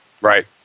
right